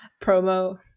promo